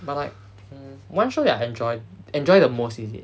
but like mm one show that I enjoyed enjoyed the most is it